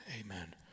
Amen